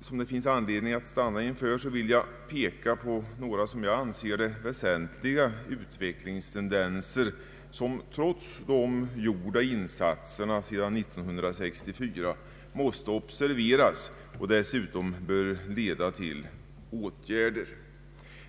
som det finns anledning att stanna inför, vill jag peka på några, som jag ser det, väsentliga utvecklingstendenser, som trots de sedan 1964 gjorda insatserna måste observeras och som dessutom bör leda till åtgärder.